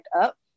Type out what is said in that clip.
up